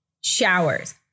showers